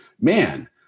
man